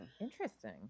interesting